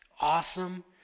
awesome